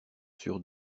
sur